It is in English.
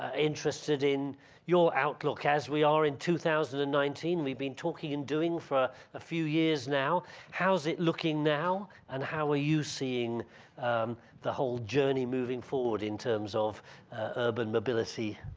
ah interested in your outlook as we are in two thousand and nineteen we've been talking in doing for a few years now how's it looking now and how are ah you seeing the whole journey moving forward in terms of urban mobility?